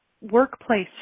workplace